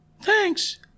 Thanks